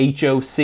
HOC